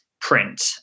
print